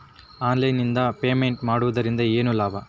Online ನಿಂದ payment ಮಾಡುವುದರಿಂದ ಏನು ಲಾಭ?